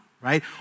right